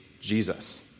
Jesus